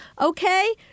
Okay